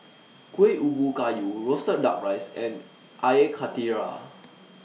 Kuih Ubi Kayu Roasted Duck Rice and Air Karthira